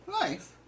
Nice